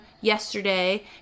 yesterday